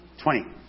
Twenty